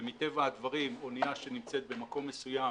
ומטבע הדברים אונייה שנמצאת במקום מסוים